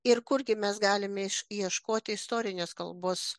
ir kurgi mes galime iš ieškoti istorinės kalbos